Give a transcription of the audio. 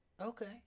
Okay